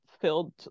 filled